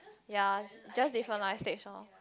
ya just different life stage loh